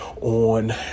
on